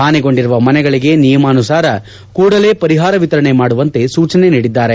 ಹಾನಿಗೊಂಡಿರುವ ಮನೆಗಳಿಗೆ ನಿಯಮಾನುಸಾರ ಕೂಡಲೇ ಪರಿಹಾರ ವಿತರಣೆ ಮಾಡುವಂತೆ ಸೂಚನೆ ನೀಡಿದ್ದಾರೆ